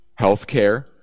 healthcare